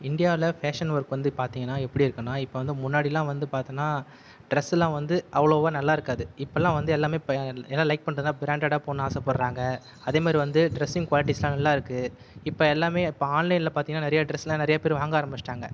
இந்தியாவில் fashion work வந்து பார்த்தீங்கன்னா எப்படி இருக்குனா இப்போது வந்து முன்னாடி எல்லாம் வந்து பார்த்தீங்கன்னா டிரஸ் எல்லாம் வந்து அவ்வளவோ நல்லா இருக்காது இப்போலாம் வந்து எல்லாமே இப்போ எல்லாம் லைக் பண்ணுறாங்க பிராண்டடாக போடணும்னு ஆசைப்படுறாங்க அதே மாதிரி வந்து ட்ரெஸ்ஸிங் குவாலிட்டிஸ்லாம் நல்லா இருக்குது இப்போ எல்லாமே இப்போ ஆன்லைனில் பார்த்தீங்கன்னா நிறைய டிரஸ்லாம் நிறைய பேர் வாங்க ஆரம்பிச்சிட்டாங்க